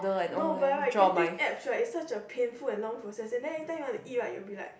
no by right getting abs right it's not a painful and long time processes then everytime you want to eat right you'll be like